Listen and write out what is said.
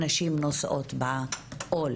הנשים נושאות בעול